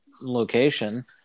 location